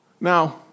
Now